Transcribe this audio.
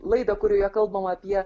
laidą kurioje kalbam apie